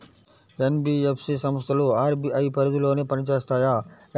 NBFC సంస్థలు RBI పరిధిలోనే పని చేస్తాయా?